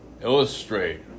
illustrate